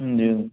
ਹਾਂਜੀ